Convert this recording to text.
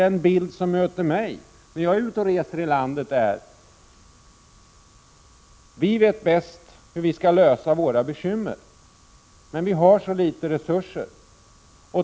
Den bild som möter mig när jag är ute och reser i landet är att folk i kommunerna säger: Vi vet bäst hur vi skall lösa våra problem, men vi har så små resurser.